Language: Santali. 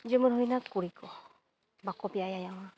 ᱡᱮᱢᱚᱱ ᱦᱩᱭᱱᱟ ᱠᱩᱲᱤ ᱠᱚ ᱵᱟᱠᱚ ᱵᱮᱭᱟᱢᱟ